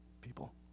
People